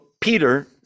Peter